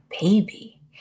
baby